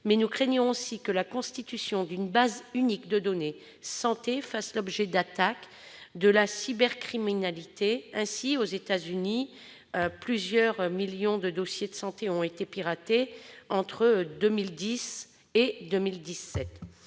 Atos. Nous craignons aussi qu'une base unique de données de santé fasse l'objet d'attaques de la cybercriminalité. Ainsi, aux États-Unis, plusieurs millions de dossiers de santé ont été piratés entre 2010 et 2017.